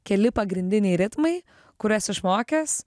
keli pagrindiniai ritmai kuriuos išmokęs